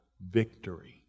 victory